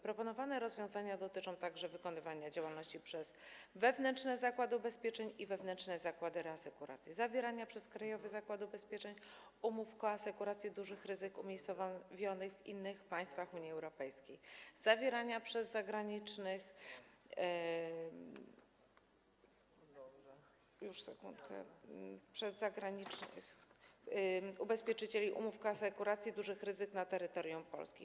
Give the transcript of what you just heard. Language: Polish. Proponowane rozwiązania dotyczą także wykonywania działalności przez wewnętrzne zakłady ubezpieczeń i wewnętrzne zakłady reasekuracji, zawierania przez krajowy zakład ubezpieczeń umów koasekuracji dużych ryzyk umiejscowionych w innych państwach Unii Europejskiej i zawierania przez zagranicznych ubezpieczycieli umów koasekuracji dużych ryzyk na terytorium Polski.